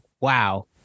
wow